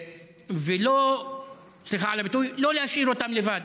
ולא סליחה על הביטוי, להשאיר אותם לבד.